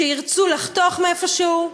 כשירצו לחתוך מאיפה שהוא,